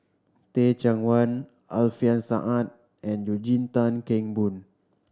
Teh Cheang Wan Alfian Sa'at and Eugene Tan Kheng Boon